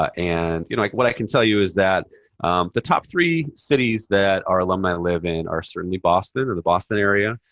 and you know like what i can tell you is that the top three cities that our alumni live in are certainly boston, or the boston area,